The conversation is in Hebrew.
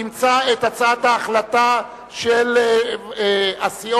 אימצה את הצעת ההחלטה של הסיעות